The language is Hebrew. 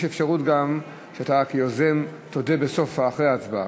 יש גם אפשרות שאתה כיוזם תודה אחרי ההצבעה.